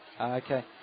Okay